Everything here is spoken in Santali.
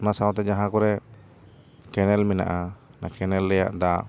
ᱚᱱᱟ ᱥᱟᱶᱛᱮ ᱡᱟᱦᱟᱸ ᱠᱚᱨᱮ ᱠᱮᱱᱮᱞ ᱢᱮᱱᱟᱜᱼᱟ ᱠᱮᱱᱮᱞ ᱨᱮᱭᱟᱜ ᱫᱟᱜ